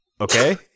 okay